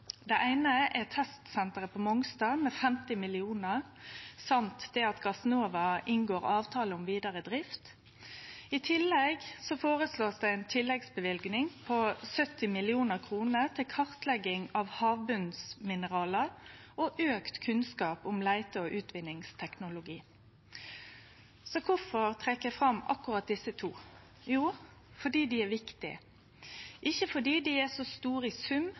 eine er testsenteret på Mongstad, med 50 mill. kr, og at Gassnova inngår avtale om vidare drift. I tillegg blir det føreslått ei tilleggsløyving på 70 mill. kr til kartlegging av havbotnsmineral og auka kunnskap om leite- og utvinningsteknologi. Så kvifor trekkjer eg fram akkurat desse to? Jo, fordi dei er viktige – ikkje fordi dei er så store i sum,